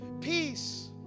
Peace